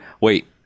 wait